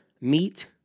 meat